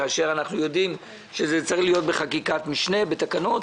כאשר אנחנו יודעים שזה צריך להיות בחקיקת משנה בתקנות,